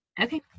Okay